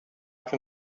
can